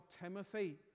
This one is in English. Timothy